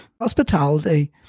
Hospitality